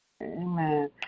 Amen